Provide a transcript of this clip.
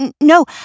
No